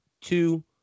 two